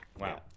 Wow